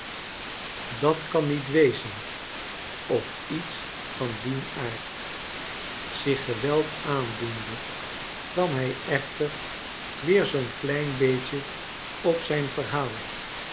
dat kan niet wezen of iets van dien aard zich geweld aandoende kwam hij echter weer zoo'n klein beetje op zijn verhaal